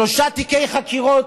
שלושה תיקי חקירות,